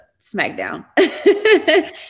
Smackdown